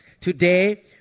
Today